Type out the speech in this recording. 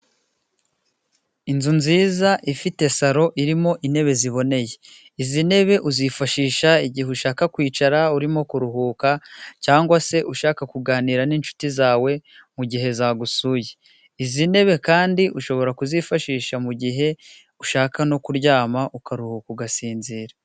Inzu nziza ifite saro irimo intebe ziboneye. Izi ntebe uzifashisha igihe ushaka kwicara, urimo kuruhuka cyangwa se ushaka kuganira n'inshuti zawe mu gihe zagusuye. Izi ntebe kandi ushobora kuzifashisha mu gihe ushaka no kuryama, ukaruhuka, ugasinzira.